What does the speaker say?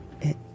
It